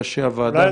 ראשי הוועדות,